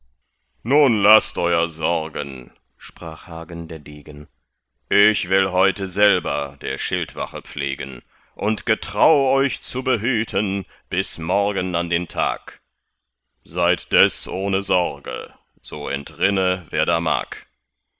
nun laßt euer sorgen sprach hagen der degen ich will heute selber der schildwache pflegen und getrau euch zu behüten bis morgen an den tag seid des ohne sorge so entrinne wer da mag